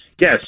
Yes